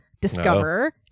discover